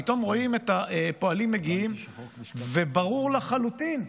פתאום רואים שהפועלים מגיעים, וברור לחלוטין,